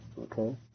Okay